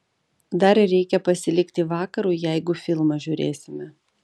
dar reikia pasilikti vakarui jeigu filmą žiūrėsime